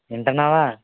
వింటున్నావా